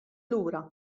lura